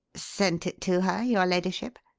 sent it to her, your ladyship?